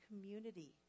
community